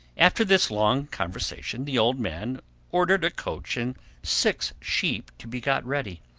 after this long conversation the old man ordered a coach and six sheep to be got ready,